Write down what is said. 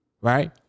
right